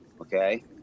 okay